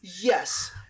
Yes